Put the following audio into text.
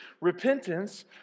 repentance